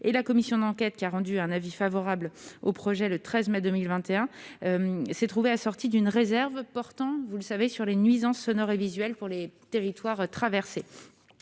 et la commission d'enquête a rendu un avis favorable au projet le 13 mai 2021, avec toutefois une réserve, vous le savez, sur les nuisances sonores et visuelles pour les territoires traversés.